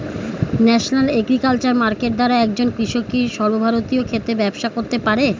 National agriculture market দ্বারা একজন কৃষক কি সর্বভারতীয় ক্ষেত্রে ব্যবসা করতে পারে?